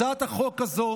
הצעת החוק הזאת